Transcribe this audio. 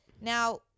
Now